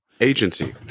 Agency